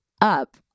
up